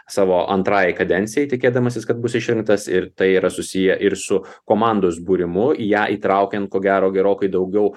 savo antrąjai kadencijai tikėdamasis kad bus išrinktas ir tai yra susiję ir su komandos būrimu į ją įtraukiant ko gero gerokai daugiau